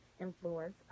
influence